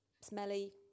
smelly